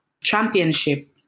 championship